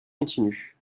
continues